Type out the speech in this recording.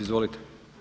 Izvolite.